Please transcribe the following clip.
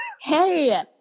Hey